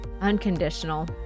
unconditional